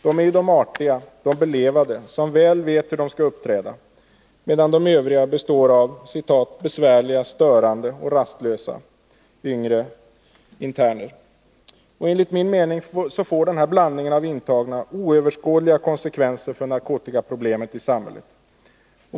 De är ju de artiga, de belevade, som väl vet hur de skall uppträda, medan de övriga består av ”besvärliga, störande och rastlösa” yngre interner. Enligt min mening får denna blandning av intagna oöverskådliga konksekvenser för narkotikaproblemet i samhället.